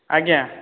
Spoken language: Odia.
ଆଜ୍ଞା